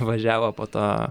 važiavo po tą